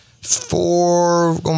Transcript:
four